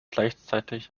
gleichzeitig